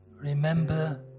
Remember